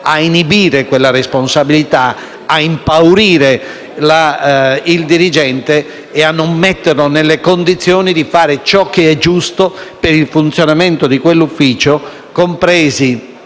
ad inibire tale responsabilità, impaurire il dirigente, non mettendolo nelle condizioni di fare ciò che è giusto per il funzionamento di quell'ufficio, compresi